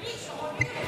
אני, שרון ניר?